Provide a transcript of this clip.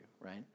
right